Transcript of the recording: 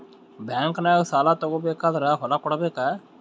ಬ್ಯಾಂಕ್ನಾಗ ಸಾಲ ತಗೋ ಬೇಕಾದ್ರ್ ಹೊಲ ಕೊಡಬೇಕಾ?